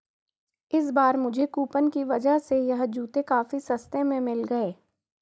इस बार मुझे कूपन की वजह से यह जूते काफी सस्ते में मिल गए